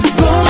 go